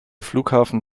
flughafen